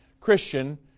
Christian